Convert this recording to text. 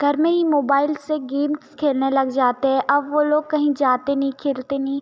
घर में ही मोबाईल से गेम खेलने लग जाते हैं अब वो लोग कहीं जाते नहीं खेलते नहीं